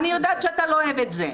אני יודעת שאתה לא אוהב את זה,